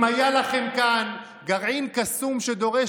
אם היה לכם כאן גרעין קסום שדורש